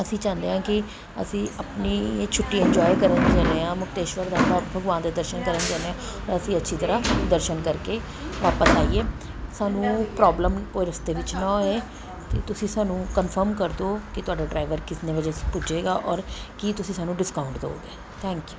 ਅਸੀਂ ਚਾਹੁੰਦੇ ਹਾਂ ਕਿ ਅਸੀਂ ਆਪਣੀ ਇਹ ਛੁੱਟੀ ਇੰਜੋਏ ਕਰਨ ਚੱਲੇ ਹਾਂ ਮੁਕਤੇਸ਼ਵਰ ਧਾਮ ਭਗਵਾਨ ਦੇ ਦਰਸ਼ਨ ਕਰਨ ਚੱਲੇ ਹਾਂ ਅਸੀਂ ਅੱਛੀ ਤਰ੍ਹਾਂ ਦਰਸ਼ਨ ਕਰਕੇ ਵਾਪਸ ਆਈਏ ਸਾਨੂੰ ਪ੍ਰੋਬਲਮ ਕੋਈ ਰਸਤੇ ਵਿੱਚ ਨਾ ਹੋਏ ਅਤੇ ਤੁਸੀਂ ਸਾਨੂੰ ਕਨਫਰਮ ਕਰ ਦਿਓ ਕਿ ਤੁਹਾਡਾ ਡਰਾਇਵਰ ਕਿੰਨੇ ਵਜੇ ਪੁੱਜੇਗਾ ਔਰ ਕੀ ਤੁਸੀਂ ਸਾਨੂੰ ਡਿਸਕਾਊਟ ਦਿਓਗੇ ਥੈਂਕ ਯੂ